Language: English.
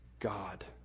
God